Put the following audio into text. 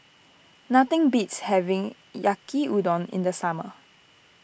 nothing beats having Yaki Udon in the summer